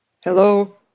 Hello